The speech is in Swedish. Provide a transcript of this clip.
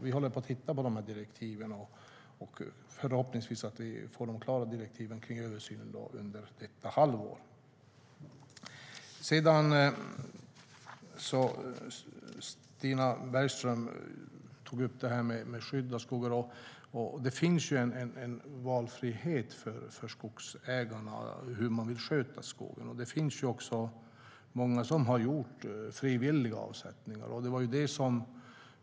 Vi håller på att titta på direktiven till översynen, och förhoppningsvis får vi dem klara under innevarande halvår. Stina Bergström tog upp frågan om skydd av skogar. Det finns en valfrihet för skogsägarna om hur man vill skydda skogen. Många har gjort frivilliga avsättningar.